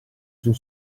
sul